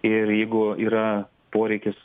ir jeigu yra poreikis